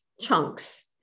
chunks